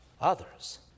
others